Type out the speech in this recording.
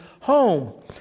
home